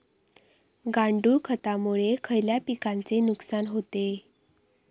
गांडूळ खतामुळे खयल्या पिकांचे नुकसान होते?